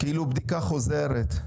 כאילו בדיקה חוזרת.